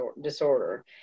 disorder